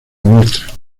muestras